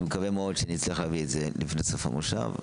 אני מקווה מאוד שאני אצליח להביא את זה לפני סוף המושב.